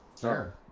Sure